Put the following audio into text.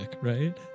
right